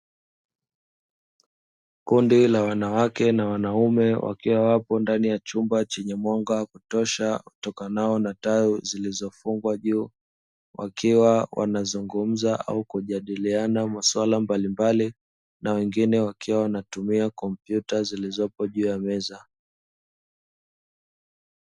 Kundi la wanawake na wanaume, wakiwa wapo ndani ya chumba chenye mwanga wa kutosha utokanao na taa zilizofungwa juu, wakiwa wanazungumza au kujadiliana maswala mbalimbali, na wengine wakiwa wanatumia kompyuta zilizopo juu ya meza.